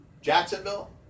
Jacksonville